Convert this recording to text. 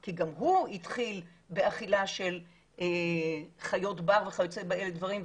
כי גם הוא התחיל באכילה של חיות בר וכיוצא בדברים,